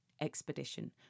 expedition